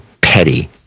Petty